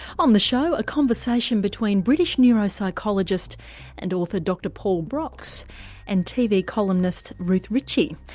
on the show a conversation between british neuropsychologist and author dr paul broks and tv columnist ruth ritchie.